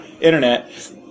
internet